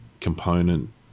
component